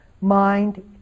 mind